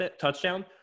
touchdown